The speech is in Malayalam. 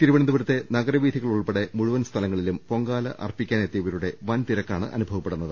തിരുവനന്തപുരത്തെ നഗരവീഥികൾ ഉൾപ്പെടെ മുഴുവൻ സ്ഥലങ്ങളിലും പൊങ്കാല അർപ്പിക്കാനെത്തിയ വരുടെ വൻതിരക്കാണ് അനുഭവപ്പെടുന്നത്